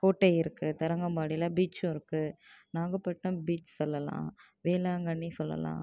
கோட்டை இருக்கு தரங்கம்பாடியில் பீச்சும் இருக்கு நாகப்பட்டினம் பீச் சொல்லலாம் வேளாங்கண்ணி சொல்லலாம்